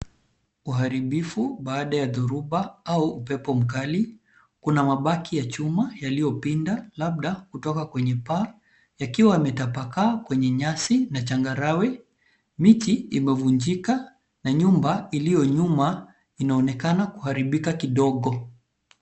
Uharibifu baada ya thoruba au upepo mkali ,kuna mabaki ya chuma yaliyopinda labda kutoka kwenye paa yakiwa yametapakaa kwenye nyasi na changarawe . Miti imevunjika na nyumba iliyo nyuma inaonekana kuharibika kidogo.